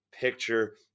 Picture